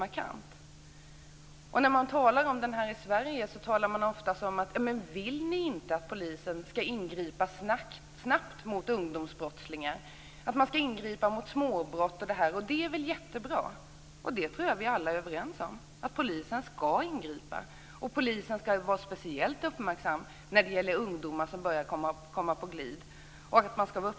När man i Sverige talar om New Yorkmodellen säger man ofta: Vill ni inte att polisen skall ingripa snabbt mot ungdomsbrottslingar och mot småbrott? Det är bra att man gör det. Jag tror att vi alla är överens om att polisen skall ingripa och vara speciellt uppmärksam när det gäller ungdomar som börjar komma på glid.